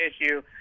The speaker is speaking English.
issue